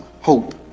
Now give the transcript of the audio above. hope